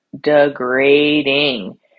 degrading